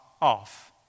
off